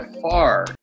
far